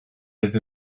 oedd